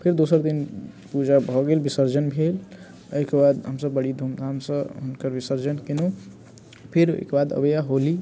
फेर दोसर दिन पूजा भऽ गेल विसर्जन भेल एहिके बाद हमसभ बड़ी धूमधामसँ हुनकर विसर्जन केलहुँ फेर ओहिके बाद अबैए होली